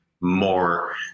more